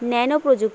nano প্রযুক্তি